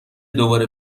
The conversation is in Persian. دوباره